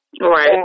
Right